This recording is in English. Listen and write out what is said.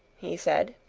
he said,